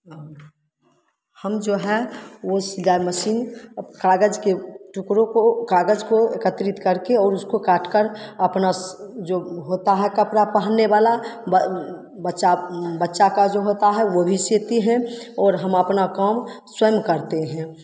हम जो है वो सिलाई मशीन कागज़ के टुकड़ों को कागज़ को एकत्रित करके और उसको काट कर अपना जो होता है कपड़ा पहनने वाला बचा बच्चा का जो होता है वो भी सिलते हैं और हम अपना काम स्वयं करते हैं